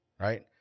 right